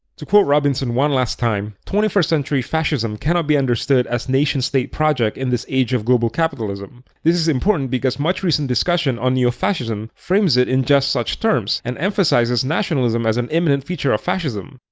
to quote robinson one last time twenty-first-century fascism cannot be understood as a nation-state project in this age of global capitalism. this is important because much recent discussion on neo-fascism frames it in just such terms and emphasizes nationalism as an immanent feature of fascism.